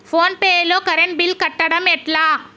Phone pay లో current bill కట్టడం ఎట్లా?